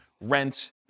rent